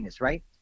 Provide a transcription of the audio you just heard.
right